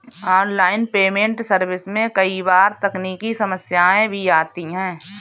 online payment service में कई बार तकनीकी समस्याएं भी आती है